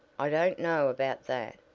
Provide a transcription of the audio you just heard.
i don't know about that.